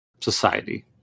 society